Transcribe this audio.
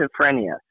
schizophrenia